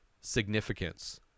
significance